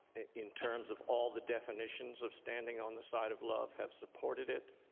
in terms of all the definition of standing on the side of love, have supported it.